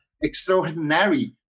extraordinary